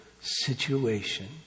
situation